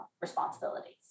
responsibilities